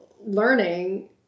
learning